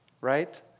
right